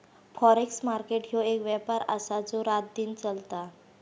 forex market ह्यो एक व्यापार आसा जो रातदिन चलता